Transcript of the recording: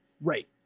Right